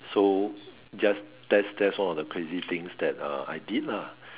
so just test test all the crazy things that uh I did lah